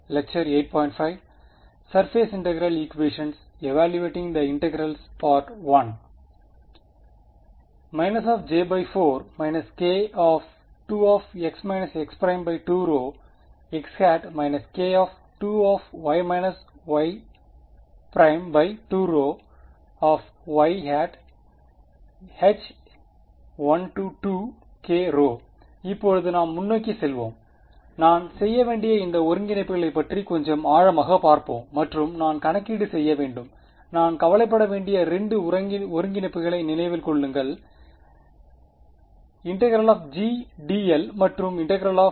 − j4− k 2x x2x − k2y y2yH1kρ இப்போது நாம் முன்னோக்கிச் செல்வோம் நான் செய்ய வேண்டிய இந்த ஒருங்கிணைப்புகளைப் பற்றி கொஞ்சம் ஆழமாகப் பார்ப்போம் மற்றும் நான் கணக்கீடு செய்ய வேண்டும் நான் கவலைப்பட வேண்டிய 2 ஒருங்கிணைப்புகளை நினைவில் கொள்ளுங்கள் ∫ gdl மற்றும் ∫ ∇g